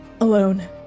Alone